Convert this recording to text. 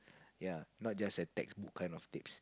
ya not just a textbook kind of tips